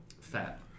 Fat